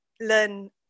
learn